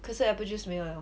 可是 apple juice 没有 liao